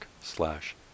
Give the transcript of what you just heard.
slash